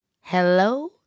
Hello